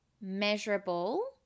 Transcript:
measurable